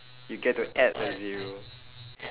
you get to add a zero